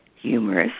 humorous